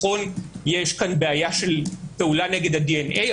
יש כאן בעיה של פעולה נגד ה-DNA,